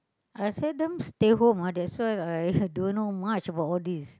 I seldom stay home ah that's why I don't know much about all these